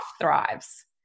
thrives